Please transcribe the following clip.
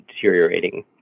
deteriorating